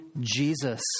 Jesus